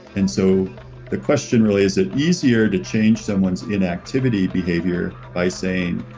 and so the question really is it easier to change someone's inactivity behavior by saying,